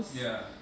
ya